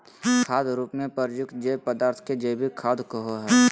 खाद रूप में प्रयुक्त जैव पदार्थ के जैविक खाद कहो हइ